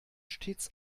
stets